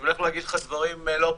אני הולך להגיד לך דברים לא פשוטים.